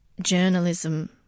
journalism